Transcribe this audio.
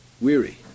weary